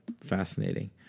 fascinating